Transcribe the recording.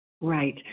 Right